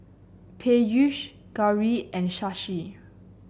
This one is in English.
Peyush Gauri and Shashi